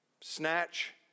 snatch